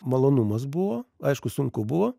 malonumas buvo aišku sunku buvo